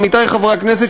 עמיתי חברי הכנסת,